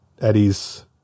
Eddie's